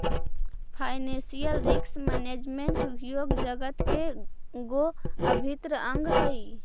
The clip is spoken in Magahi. फाइनेंशियल रिस्क मैनेजमेंट उद्योग जगत के गो अभिन्न अंग हई